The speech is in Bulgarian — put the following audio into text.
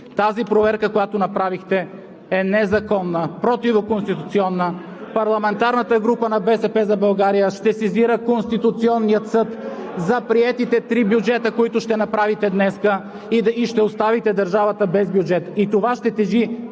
Тази проверка, която направихте, е незаконна, противоконституционна! Парламентарната група на „БСП за България“ ще сезира Конституционния съд за приетите три бюджета, които ще гласувате днес, и ще оставите държавата без бюджет! Това ще тежи